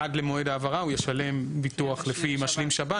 עד למועד ההעברה הוא ישלם ביטוח לפי משלים שב"ן